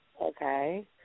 Okay